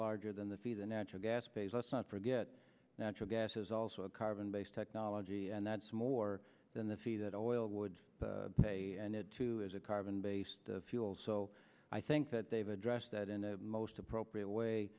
larger than the fee the natural gas pays us not forget natural gas is also a carbon based technology and that's more than the fee that all oil would pay and it too is a carbon based fuel so i think that they've addressed that in the most appropriate way